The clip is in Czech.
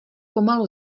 pomalu